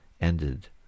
ended